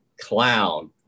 Clown